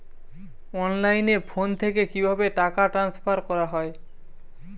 অনলাইনে ফোন থেকে কিভাবে টাকা ট্রান্সফার করা হয়?